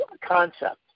concept